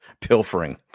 pilfering